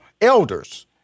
elders